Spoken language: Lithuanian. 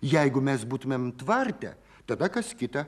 jeigu mes būtumėm tvarte tada kas kita